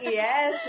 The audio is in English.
yes